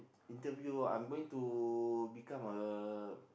interview I'm going to become a